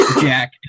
Jack